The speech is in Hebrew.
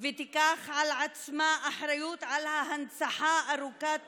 ותיקח על עצמה אחריות להנצחה ארוכת